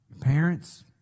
parents